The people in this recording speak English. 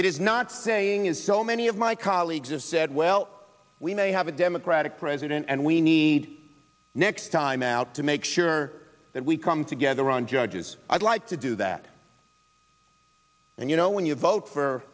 it is not saying is so many of my colleagues of said well we may have a democratic president and we need next time out to make sure that we come together on judges i'd like to do that and you know when you vote for